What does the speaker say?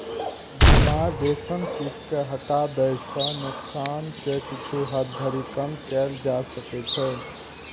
बीमार रेशम कीट कें हटा दै सं नोकसान कें किछु हद धरि कम कैल जा सकै छै